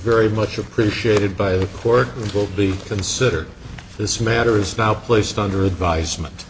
very much appreciated by the court will be consider this matter is now placed under advisement